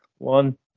one